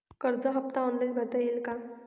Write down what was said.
कर्ज हफ्ता ऑनलाईन भरता येईल का?